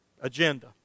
agenda